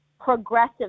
progressive